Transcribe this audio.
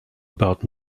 about